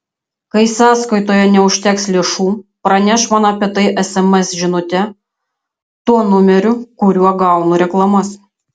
kai sąskaitoje neužteks lėšų praneš man apie tai sms žinute tuo numeriu kuriuo gaunu reklamas